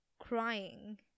crying